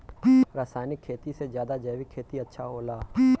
रासायनिक खेती से ज्यादा जैविक खेती अच्छा होला